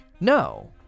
No